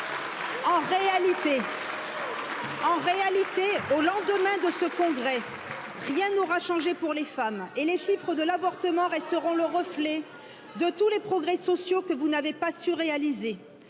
en réalité au lendemain de ce congrès rien n'aura changé pour les femmes et les chiffres de l'avortement resteront le reflet de tous les progrès sociaux que vous n'avez pas su réaliser